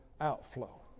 outflow